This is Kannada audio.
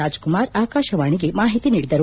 ರಾಜ್ಕುಮಾರ್ ಆಕಾಶವಾಣಿಗೆ ಮಾಹಿತಿ ನೀಡಿದರು